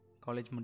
college